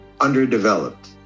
underdeveloped